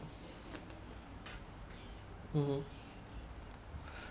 mmhmm